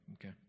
Okay